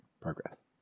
progress